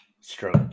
stroke